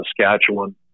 Saskatchewan